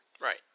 Right